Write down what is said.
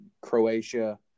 Croatia